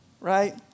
right